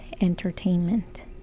entertainment